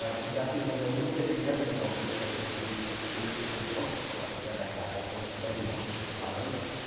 ah conducting was a little bit inevitable because of the experiences in orchestra that i had. i was always playing in orchestra as a violinist,